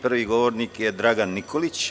Prvi govornik je Dragan Nikolić.